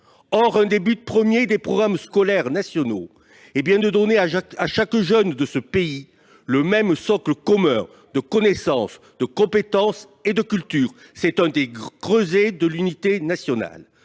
Or un des buts premiers des programmes scolaires nationaux est bien de donner à chaque jeune de ce pays le même socle commun de connaissances, de compétences et de culture. C'est un des creusets de l'unité nationale.